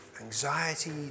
anxiety